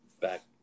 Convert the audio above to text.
Back